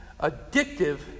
addictive